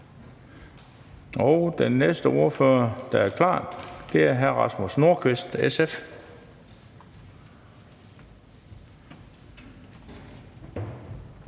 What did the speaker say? den næste ordfører, der er klar, er hr. Rasmus Nordqvist, SF.